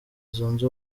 zunze